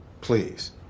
please